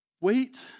Wait